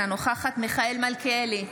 אינה נוכחת מיכאל מלכיאלי,